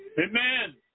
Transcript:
Amen